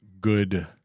good-